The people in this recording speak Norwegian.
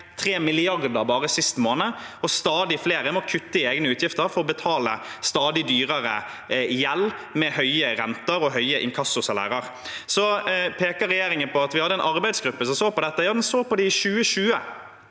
3 mrd. kr bare sist måned, og stadig flere må kutte i egne utgifter for å betale stadig høyere gjeld, med høye renter og høye inkassosalærer. Regjeringen peker på at det var en arbeidsgruppe som så på dette. Ja, de så på det i 2020,